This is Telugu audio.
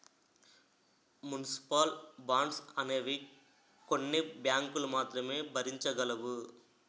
మున్సిపల్ బాండ్స్ అనేవి కొన్ని బ్యాంకులు మాత్రమే భరించగలవు